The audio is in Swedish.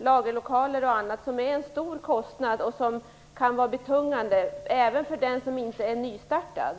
lagerlokaler och annat. Det är fråga om stora kostnader som kan vara betungande, även för den som inte är nystartad.